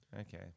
Okay